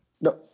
No